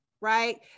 right